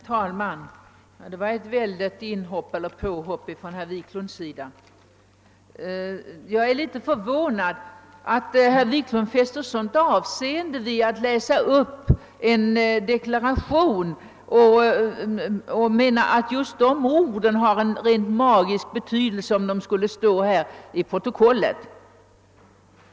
Herr talman! Det var ju ett ordentligt påhopp herr Wiklund i Stockholm här gjorde! Jag är litet förvånad över att herr Wiklund ansåg att det hade en så magisk betydelse att få denna deklaration införd i kammarens protokoll.